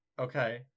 okay